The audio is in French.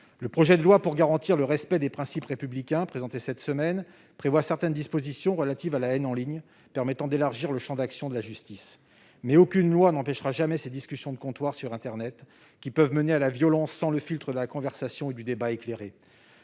Le projet de loi confortant les principes républicains, présenté cette semaine, contient certaines dispositions relatives à la haine en ligne permettant d'élargir le champ d'action de la justice. Mais aucune loi n'empêchera jamais ces discussions de comptoir sur internet, qui peuvent mener à la violence, sans le filtre de la conversation et du débat éclairé.